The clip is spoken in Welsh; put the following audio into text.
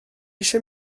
eisiau